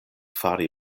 fari